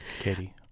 Katie